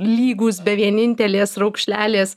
lygūs be vienintelės raukšlelės